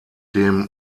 dem